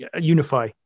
unify